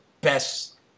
best